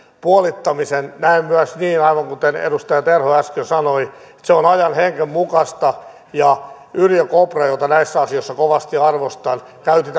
puolittamisen näen myös niin aivan kuten edustaja terho äsken sanoi että se on ajan hengen mukaista yrjö kopra jota näissä asioissa kovasti arvostan käytti